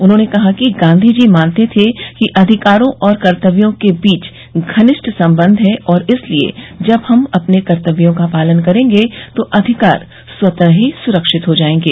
उन्होंने कहा कि गांधी जी मानते थे कि अधिकारों और कर्तव्यों के बीच घनिष्ठ संबंध हैं और इसलिए जब हम अपने कर्तव्यों का पालन करेंगे तो अधिकार स्वतः ही सुरक्षित हो जाएंगे